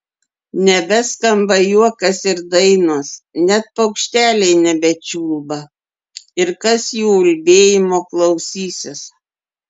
nebeskamba juokas ir dainos net paukšteliai nebečiulba ir kas jų ulbėjimo klausysis